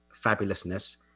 fabulousness